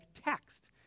text